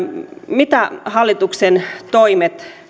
mitä hallituksen toimet